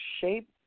shape